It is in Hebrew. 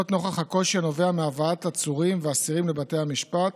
נוכח הקושי הנובע מהבאת עצורים ואסירים לבתי המשפט